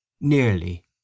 Nearly